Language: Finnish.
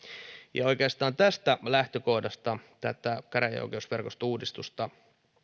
ja oikeastaan tästä lähtökohdasta tätä käräjäoikeusverkostouudistusta